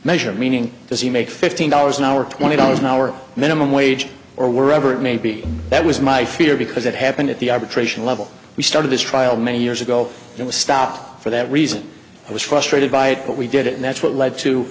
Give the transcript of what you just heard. measure meaning does he make fifteen dollars an hour twenty dollars an hour minimum wage or wherever it may be that was my fear because it happened at the arbitration level we started this trial many years ago and was stopped for that reason i was frustrated by it but we did it and that's what led to